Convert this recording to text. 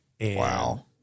Wow